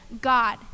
God